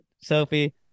Sophie